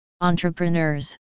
Entrepreneurs